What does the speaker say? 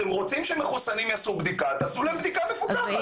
אתם רוצים שמחוסנים יעשו בדיקה תעשו להם בדיקה מפוקחת.